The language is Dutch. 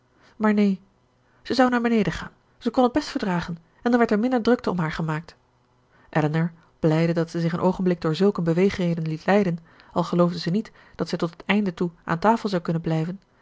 maar neen ze zou naar beneden gaan ze kon het best verdragen en dan werd er minder drukte om haar gemaakt elinor blijde dat zij zich een oogenblik door zulk een beweegreden liet leiden al geloofde zij niet dat zij tot het einde toe aan tafel zou kunnen blijven